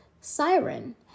siren